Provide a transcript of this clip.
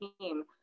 team